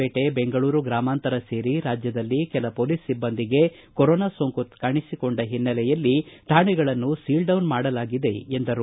ಪೇಟೆ ಬೆಂಗಳೂರು ಗ್ರಾಮಾಂತರ ಸೇರಿ ರಾಜ್ಯದಲ್ಲಿ ಕೆಲ ಮೊಲೀಸ್ ಸಿಬ್ಬಂದಿಗೆ ಕೊರೋನಾ ಸೋಂಕು ಕಾಣಿಸಿಕೊಂಡ ಹಿನ್ನೆಲೆಯಲ್ಲಿ ಠಾಣೆಗಳನ್ನು ಸೀಲ್ಡೌನ್ ಮಾಡಲಾಗಿದೆ ಎಂದರು